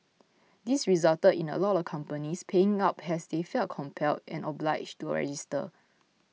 this resulted in a lot of companies paying up as they felt compelled and obliged to register